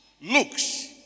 Looks